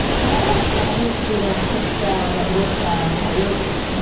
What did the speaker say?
but i had a graduate student, chris schell, that worked on coyotes.